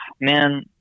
Man